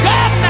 God